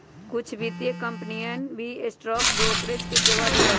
कुछ वित्तीय कंपनियन भी स्टॉक ब्रोकरेज के सेवा देवा हई